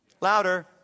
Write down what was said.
Louder